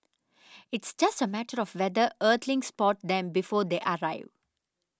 it's just a matter of whether earthlings spot them before they arrive